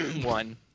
one